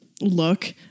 look